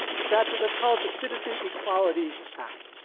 statute, let's call it the citizen equality act.